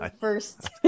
first